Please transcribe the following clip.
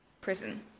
prison